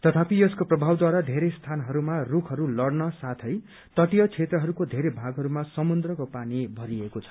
तथापित यसको प्रभावद्वारा धेरै स्थानहरूमा रूखहरू लड़न साथै तटीय क्षेत्रहरूको धेरै भागहरूमा समुन्द्रको पानी भरिएको छ